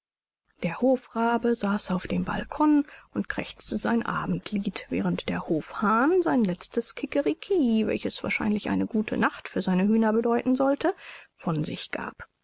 der hofrabe saß auf dem balkon und krächzte sein abendlied während der hofhahn sein letztes kickeriki welches wahrscheinlich eine gute nacht für seine hühner bedeuten sollte von sich gab